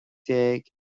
déag